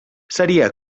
seria